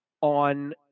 on